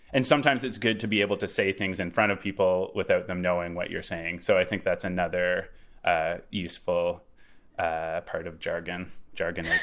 and sometimes it's good to be able to say things in front of people without them knowing what you're saying. so i think that's another ah useful ah part of jargon jargon